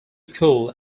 school